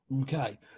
Okay